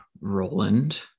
Roland